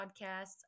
podcasts